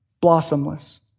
blossomless